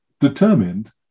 determined